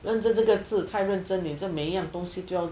认真这个字太认真你就每一样东西都要